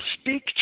speak